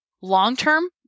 long-term